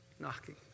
Knocking